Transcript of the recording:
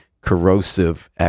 corrosive